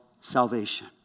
salvation